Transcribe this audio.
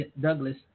Douglas